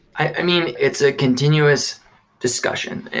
i mean, it's a continuous discussion.